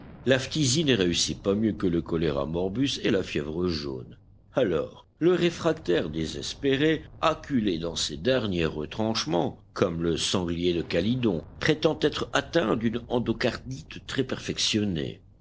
la phtisie ne réussit pas mieux que le choléra morbus et la fièvre jaune alors le réfractaire désespéré acculé dans ses derniers retranchements comme le sanglier de calydon prétend être atteint d'une endocardite